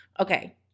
Okay